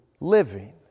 living